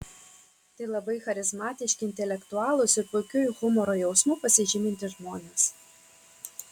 tai labai charizmatiški intelektualūs ir puikiu humoro jausmu pasižymintys žmonės